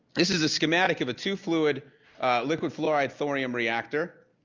this is a schematic of a two-fluid liquid fluoride thorium reactor.